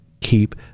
keep